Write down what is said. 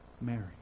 Mary